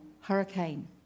hurricane